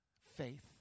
faith